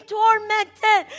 tormented